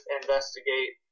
investigate